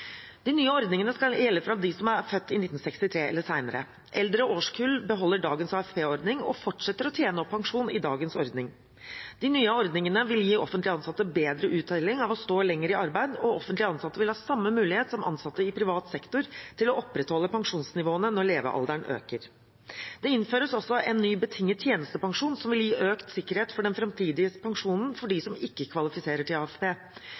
De nye ordningene skal gjelde for dem som er født i 1963 eller senere. Eldre årskull beholder dagens AFP-ordning og fortsetter å tjene opp pensjon i dagens ordning. De nye ordningene vil gi offentlig ansatte bedre uttelling av å stå lenger i arbeid, og offentlig ansatte vil ha samme mulighet som ansatte i privat sektor til å opprettholde pensjonsnivåene når levealderen øker. Det innføres også en ny, betinget tjenestepensjon som vil gi økt sikkerhet for den framtidige pensjonen for dem som ikke kvalifiserer til AFP.